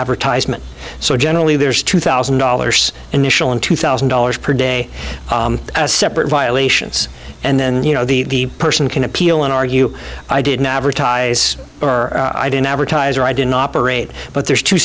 advertisement so generally there's two thousand dollars initial in two thousand dollars per day separate violations and then you know the person can appeal and argue i didn't advertise or i didn't advertise or i didn't operate but there's two